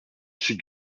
sud